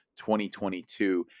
2022